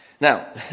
Now